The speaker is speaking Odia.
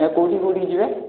ଆଉ କେଉଁଠି କି କେଉଁଠି କି ଯିବେ